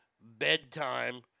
bedtime